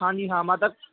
ਹਾਂਜੀ ਹਾਂ ਮਾਤਾ